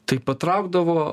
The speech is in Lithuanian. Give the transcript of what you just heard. tai patraukdavo